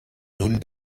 nun